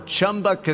Chumba